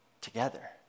together